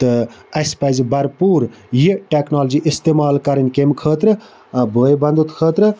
تہٕ اَسہِ پَزِ بھرپوٗر یہِ ٹٮ۪کنالجی اِستعمال کَرٕنۍ کمہِ خٲطرٕ بٲے بنٛدُت خٲطرٕ